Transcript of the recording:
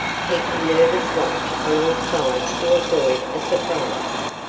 keeping nervous watch on all sides to avoid a surprise.